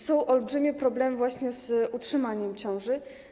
Są olbrzymie problemy właśnie z utrzymaniem ciąży.